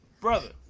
brother